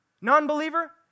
Non-believer